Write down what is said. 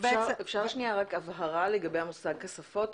-- אפשר לקבל הבהרה לגבי המושג "כספות"?